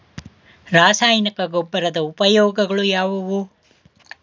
ರಾಸಾಯನಿಕ ಗೊಬ್ಬರದ ಉಪಯೋಗಗಳು ಯಾವುವು?